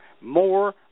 More